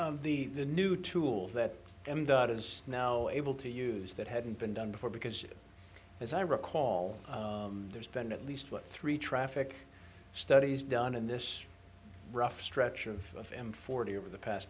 for the the new tools that it is now able to use that hadn't been done before because as i recall there's been at least what three traffic studies done in this rough stretch of m forty over the past